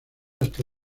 hasta